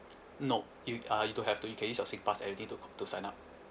nop it uh you don't have to you can use your singpass I_D to to sign up